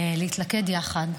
להתלכד יחד,